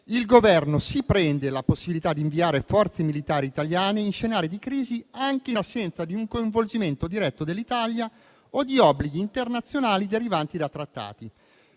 il Governo si prende la possibilità di inviare forze militari italiane in scenari di crisi anche in assenza di un coinvolgimento diretto dell'Italia o di obblighi internazionali derivanti da trattati.